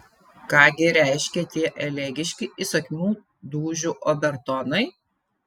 ką gi reiškia tie elegiški įsakmių dūžių obertonai